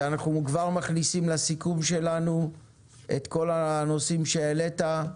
ואנחנו כבר מכניסים לסיכום שלנו את כל הנושאים שהעלית,